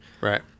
Right